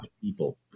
people